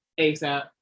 ASAP